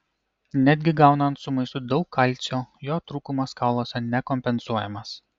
netgi gaunant su maistu daug kalcio jo trūkumas kauluose nekompensuojamas